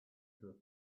through